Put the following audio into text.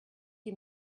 you